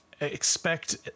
expect